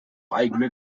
eigene